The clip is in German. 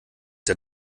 der